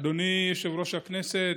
אדוני יושב-ראש הכנסת,